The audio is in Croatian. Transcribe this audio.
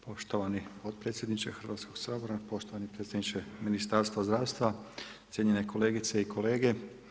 Poštovani potpredsjedniče Hrvatskog sabora, poštovani predsjedniče Ministarstva zdravstva, cijenjene kolegice i kolege.